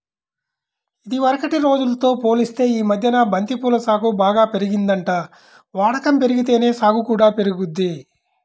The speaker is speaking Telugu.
ఇదివరకటి రోజుల్తో పోలిత్తే యీ మద్దెన బంతి పూల సాగు బాగా పెరిగిందంట, వాడకం బెరిగితేనే సాగు కూడా పెరిగిద్ది